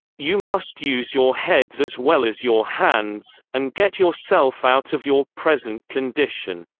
you must use your heads as well as your hands, and get yourself out of your present condition.